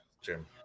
jim